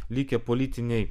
likę politiniai